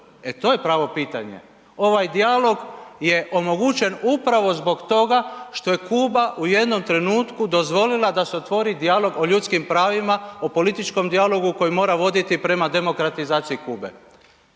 E, to je pravo pitanje. Ovaj dijalog je omogućen upravo zbog toga što je Kuba u jednom trenutku dozvolila da se otvori dijalog o ljudskim pravima, o političkom dijalogu koji mora voditi prema demokratizaciji Kube